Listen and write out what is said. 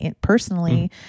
personally